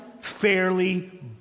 fairly